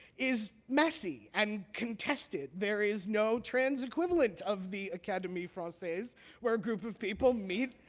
is messy and contested. there is no trans equivalent of the academie francaise where a group of people meet,